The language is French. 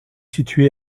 situé